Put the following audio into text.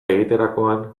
egiterakoan